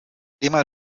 immer